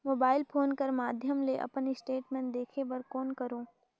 Mobile phone कर माध्यम ले अपन स्टेटमेंट देखे बर कौन करों?